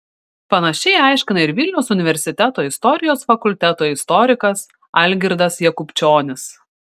panašiai aiškina ir vilniaus universiteto istorijos fakulteto istorikas algirdas jakubčionis